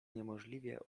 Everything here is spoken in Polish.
niemożliwie